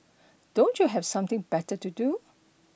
don't you have something better to do